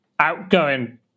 outgoing